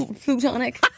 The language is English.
Plutonic